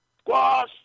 Squash